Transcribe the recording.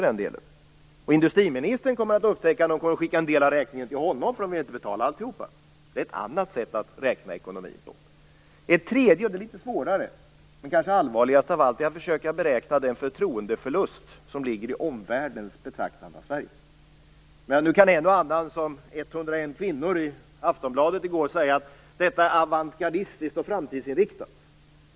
Detta kommer också industriministern att upptäcka när dessa människor skickar en del av räkningen till honom därför att de inte vill betala alltihop. Det är ett annat sätt att räkna på ekonomin. Sedan kommer jag till något som är litet svårare. Det är kanske det allvarligaste. Det handlar om att försöka beräkna den förtroendeförlust som ligger i omvärldens betraktande av Sverige. En och annan kan - liksom 101 kvinnor gjorde i Aftonbladet i går - säga att det är avantgardistiskt och framtidsinriktat.